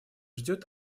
ждет